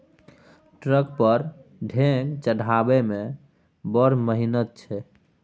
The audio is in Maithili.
ट्रक पर ढेंग चढ़ेबामे बड़ मिहनत छै